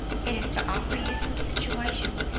it is to offer you some situation,